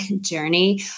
journey